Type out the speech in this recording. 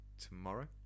tomorrow